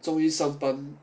中一上班